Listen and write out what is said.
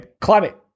climate